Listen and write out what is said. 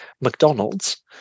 mcdonald's